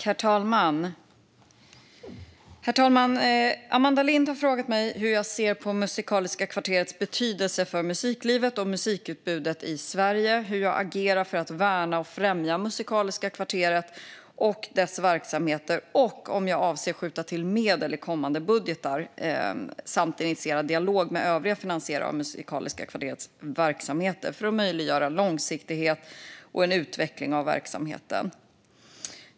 Herr talman! har frågat mig hur jag ser på Musikaliska kvarterets betydelse för musiklivet och musikutbudet i Sverige, hur jag agerar för att värna och främja Musikaliska kvarteret och dess verksamheter och om jag avser att skjuta till medel i kommande budgetar samt initiera dialog med övriga finansiärer av Musikaliska kvarterets verksamheter för att möjliggöra en långsiktighet och en utveckling av verksamheten.